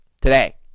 today